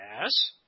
Yes